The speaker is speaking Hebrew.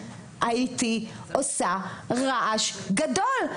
הייתי עושה רעש גדול.